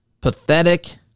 pathetic